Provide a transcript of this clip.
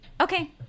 Okay